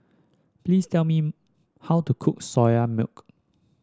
please tell me how to cook Soya Milk